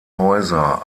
häuser